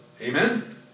Amen